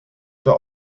the